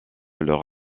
leur